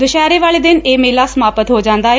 ਦੁਸ਼ਹਿਰੇ ਵਾਲੇ ਦਿਨ ਇਹ ਮੇਲਾ ਸਮਾਪਤ ਹੋ ਜਾਂਦਾ ਏ